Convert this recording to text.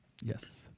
Yes